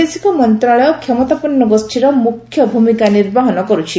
ବୈଦେଶିକ ମନ୍ତ୍ରଣାଳୟ କ୍ଷମତାପନ୍ନ ଗୋଷ୍ଠୀର ମୁଖ୍ୟଭୂମିକା ନିର୍ବାହନ କର୍ଚ୍ଛି